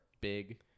Big